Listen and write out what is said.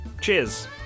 Cheers